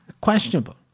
Questionable